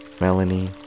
Melanie